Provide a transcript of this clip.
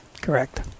Correct